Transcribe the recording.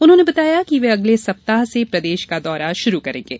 उन्होंने बताया कि वे अगले सप्ताह से प्रदेश का दौरा शुरु करेंगे